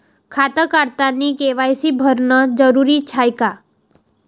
खातं काढतानी के.वाय.सी भरनं जरुरीच हाय का?